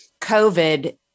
COVID